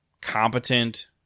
competent